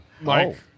Mike